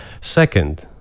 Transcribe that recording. Second